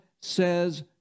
says